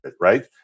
right